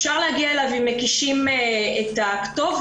אפשר להגיע אליו אם מקישים את הכתובת.